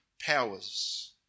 powers